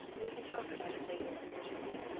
we can talk about it later, she said.